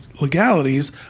legalities